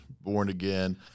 born-again